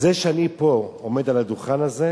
שזה שאני פה עומד על הדוכן הזה,